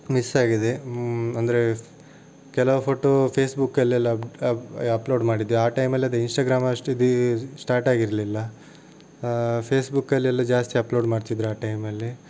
miss ಆಗಿದೆ ಅಂದರೆ ಕೆಲವು ಫೋಟೋ ಫೇಸ್ಬುಕ್ಕಲ್ಲೆಲ್ಲ ಅಪ್ ಅಪ್ ಅಪ್ಲೋಡ್ ಮಾಡಿದ್ವಿ ಆ ಟೈಮಲ್ಲಿ ಅದೇ ಇನ್ಸ್ಟಾಗ್ರಾಮ್ ಅಷ್ಟು ಇದು ಸ್ಟಾರ್ಟ್ ಆಗಿರಲಿಲ್ಲ ಫೇಸ್ಬುಕ್ಕಲ್ಲೆಲ್ಲ ಜಾಸ್ತಿ ಅಪ್ಲೋಡ್ ಮಾಡ್ತಿದ್ರು ಆ ಟೈಮಲ್ಲಿ